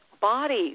bodies